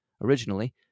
Originally